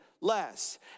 less